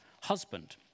husband